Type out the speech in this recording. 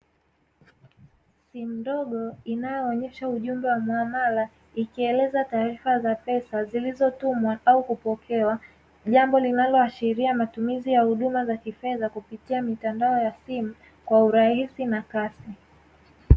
Simu ndogo inayoonyesha ujumbe wa muamala, ikieleza taarifa za pesa zilizotumwa au kupokea. Jambo linaloashiria matumizi ya huduma za kifedha kupitia mitandao ya simu kwa urahisi na kasi.